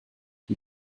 die